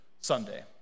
Sunday